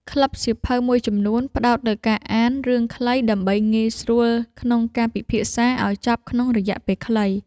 ក្លឹបសៀវភៅមួយចំនួនផ្ដោតលើការអាន រឿងខ្លី ដើម្បីងាយស្រួលក្នុងការពិភាក្សាឱ្យចប់ក្នុងរយៈពេលខ្លី។